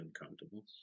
uncomfortable